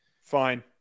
Fine